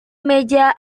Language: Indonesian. meja